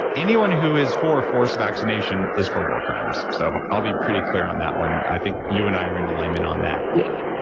anyone who is for forced vaccination is for war crimes. so i'll be pretty clear on that one. i think you and i are in alignment on that yeah